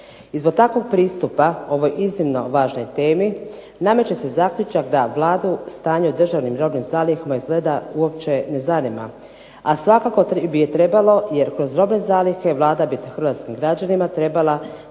I zbog takvog pristupa ovoj iznimno važnoj temi nameće se zaključak da Vladu o stanju državnih robnih zaliha izgleda uopće ne zanima, a svakako bi ju trebalo jer kroz robne zalihe Vlada bi hrvatskim građanima trebala